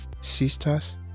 sisters